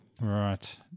Right